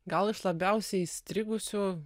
gal iš labiausiai įstrigusių